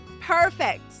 perfect